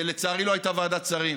לצערי, לא הייתה ועדת שרים